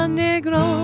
negro